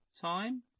time